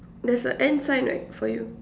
there's a N sign right for you